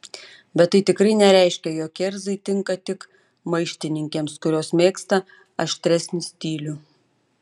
bet tai tikrai nereiškia jog kerzai tinka tik maištininkėms kurios mėgsta aštresnį stilių